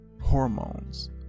hormones